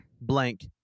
blank